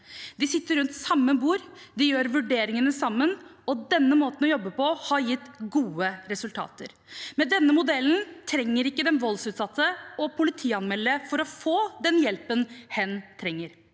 De sitter rundt samme bord, de gjør vurderingene sammen, og denne måten å jobbe på har gitt gode resultater. Med denne modellen trenger ikke den voldsutsatte å politianmelde for å få den hjelpen hen trenger.